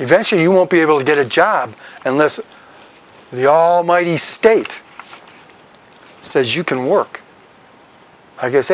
eventually you won't be able to get a job unless the almighty state says you can work i guess